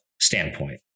standpoint